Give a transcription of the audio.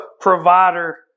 provider